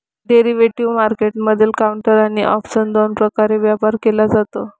derivative मार्केटमधील counter आणि option दोन प्रकारे व्यापार केला जातो